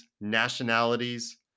nationalities